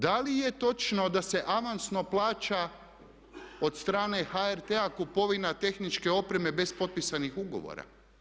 Da li je točno da se avansno plaća od strane HRT-a kupovina tehničke opreme bez potpisanih ugovora?